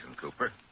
Cooper